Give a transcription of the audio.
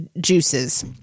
juices